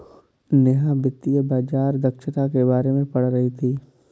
नेहा वित्तीय बाजार दक्षता के बारे में पढ़ रही थी